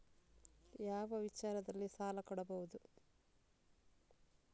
ಯಾವ ವಿಚಾರದಲ್ಲಿ ಸಾಲ ಕೊಡಬಹುದು?